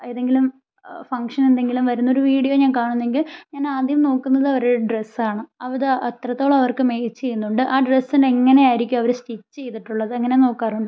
ഏതെങ്കിലും ഫംഗ്ഷന് എന്തെങ്കിലും വരുന്ന വീഡിയോ ഞാൻ കാണുണന്നെങ്കിൽ ഞാൻ ആദ്യം നോക്കുന്നത് അവരുടെ ഡ്രസ് ആണ് അത് എത്രത്തോളം അവർക്ക് മേച്ച് ചെയ്യുന്നുണ്ട് ആ ഡ്രസ്സിനെ എങ്ങനെ ആയിരിക്കും അവർ സ്റ്റിച്ച് ചെയ്തിട്ടുള്ളത് അങ്ങനെ നോക്കാറുണ്ട്